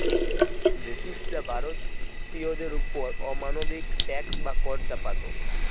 ব্রিটিশরা ভারতবাসীদের ওপর অমানবিক ট্যাক্স বা কর চাপাত